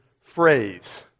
phrase